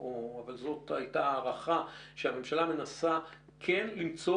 אבל זו היתה ההערכה שהממשלה מנסה כן למצוא